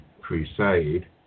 Crusade